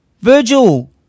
Virgil